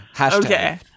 Okay